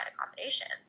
accommodations